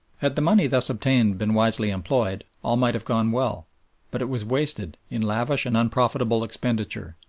had the money thus obtained been wisely employed, all might have gone well but it was wasted in lavish and unprofitable expenditure,